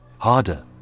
harder